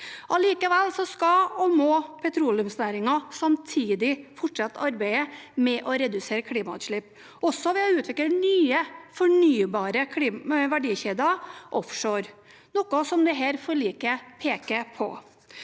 Allikevel skal og må petroleumsnæringen samtidig fortsette arbeidet med å redusere klimagassutslipp, også ved å utvikle nye, fornybare verdikjeder offshore, noe som dette forliket peker på.